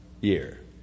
year